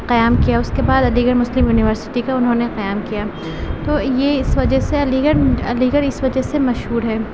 قیام کیا اس کے بعد علی گڑھ مسلم یونیورسٹی کا انہوں نے قیام کیا تو یہ اس وجہ سے علی گڑھ علی گڑھ اس وجہ سے مشہور ہے